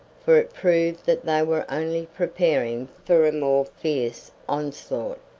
for it proved that they were only preparing for a more fierce onslaught,